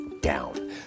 down